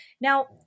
Now